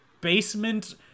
basement